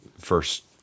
first